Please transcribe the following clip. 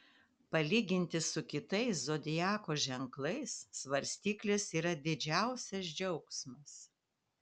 palyginti su kitais zodiako ženklais svarstyklės yra didžiausias džiaugsmas